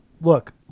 Look